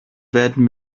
werden